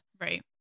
Right